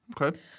Okay